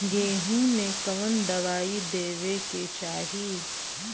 गेहूँ मे कवन दवाई देवे के चाही?